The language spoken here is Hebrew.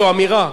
זו אמירה.